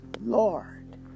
Lord